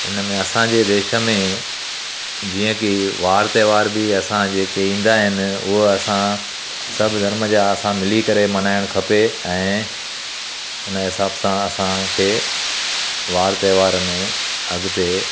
हिन में असांजे देश में जीअं की वार तहिवार बि असां जेके ईंदा इन उहो असां सभु धर्म जा असां मिली करे मनाइण खपे ऐं उन हिसाब सां असांखे वार तहिवार में अॻिते